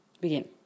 Begin